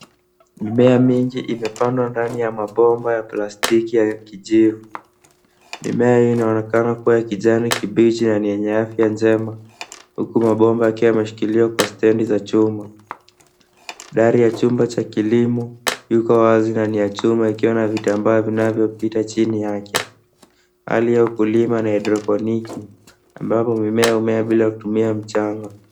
Mimea mingi imepandwa ndani ya mabomba ya plastiki ya kijivu. Mimea hii inaonekana kuwa ya kijani kibichi na ni yenye afya njema. Huku mabomba yakiwa yameshikiliwa kwa stand za chuma. Dari ya chumba cha kilimo iko wazi na ni ya chuma ikiwa na vitambaa vinavyopita chini yake. Hali ya ukulima ni ya hydrophonic ambapo mimea humea bila kutumia mchanga.